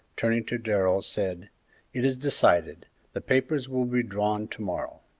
turning to darrell, said it is decided the papers will be drawn to-morrow.